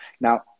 Now